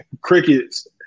crickets